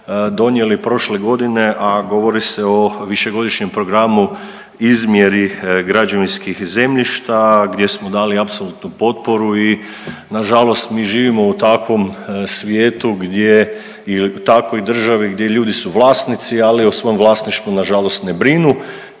donijeli prošle godine, a govori se o višegodišnjem programu izmjeri građevinskih zemljišta gdje smo dali apsolutnu potporu i na žalost mi živimo u takvom svijetu gdje ili takvoj državi gdje ljudi su vlasnici, ali o svom vlasništvu na žalost ne brinu,